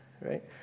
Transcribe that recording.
right